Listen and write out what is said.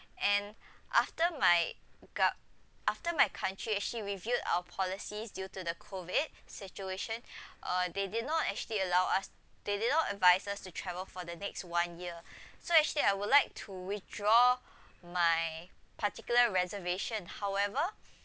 and after my cou~ after my country actually reviewed our policies due to the COVID situation uh they did not actually allow us they did not advise us to travel for the next one year so actually I would like to withdraw my particular reservation however